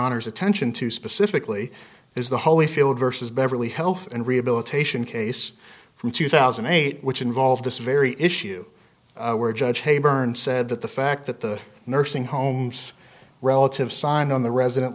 honor's attention to specifically is the holyfield versus beverly health and rehabilitation case from two thousand and eight which involved this very issue where judge hey burns said that the fact that the nursing homes relative signed on the resident